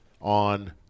on